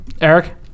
Eric